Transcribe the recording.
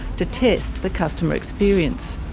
to test the customer experience.